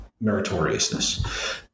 meritoriousness